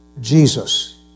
Jesus